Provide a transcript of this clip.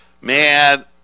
man